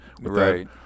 Right